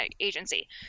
agency